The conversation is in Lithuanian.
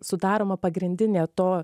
sudaroma pagrindinė to